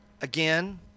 again